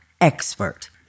expert